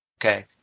okay